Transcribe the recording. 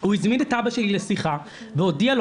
הוא הזמין את אבא שלי לשיחה והודיע לו